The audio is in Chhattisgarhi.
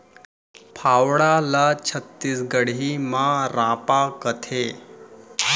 फावड़ा ल छत्तीसगढ़ी म रॉंपा कथें